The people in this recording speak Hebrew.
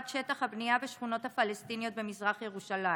שטח הבנייה בשכונות הפלסטיניות במזרח ירושלים.